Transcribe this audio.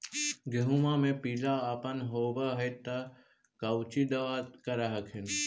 गोहुमा मे पिला अपन होबै ह तो कौची दबा कर हखिन?